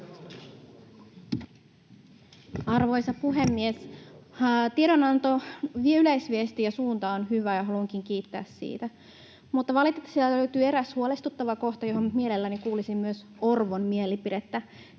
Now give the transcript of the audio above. Arvoisa puhemies! Tiedonannon yleisviesti ja suunta on hyvä, ja haluankin kiittää siitä. Mutta valitettavasti sieltä löytyy eräs huolestuttava kohta, johon mielelläni kuulisin myös Orpon mielipidettä.